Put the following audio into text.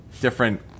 different